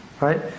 right